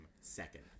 second